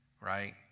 right